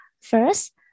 First